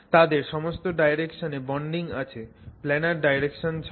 তাদের সমস্ত ডাইরেকশনে বন্ডিং আছে প্লানার ডাইরেকশন ছাড়া